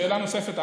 לשאלה הנוספת,